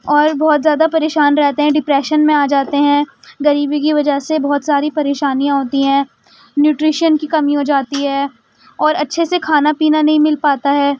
اور بہت زیادہ پریشان رہتے ہیں ڈپریشن میں آ جاتے ہیں غریبی کی وجہ سے بہت ساری پریشانیاں ہوتی ہیں نیوٹریشن کی کمی ہو جاتی ہے اور اچھے سے کھانا پینا نہیں مل پاتا ہے